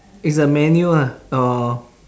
is the manual lah or